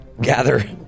gather